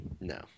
no